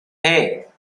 hey